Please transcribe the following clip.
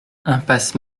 impasse